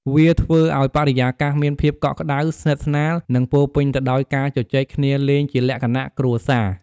វាធ្វើអោយបរិយាកាសមានភាពកក់ក្តៅ ស្និទ្ធស្នាល និងពោរពេញទៅដោយការជជែកគ្នាលេងជាលក្ខណៈគ្រួសារ។